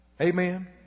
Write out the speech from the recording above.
Amen